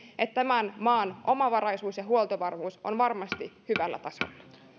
että tämän maan omavaraisuus ja huoltovarmuus ovat varmasti hyvällä tasolla